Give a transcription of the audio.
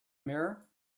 mirror